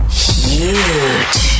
huge